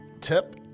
tip